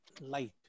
light